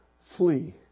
flee